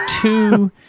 two